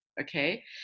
okay